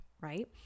right